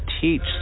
teach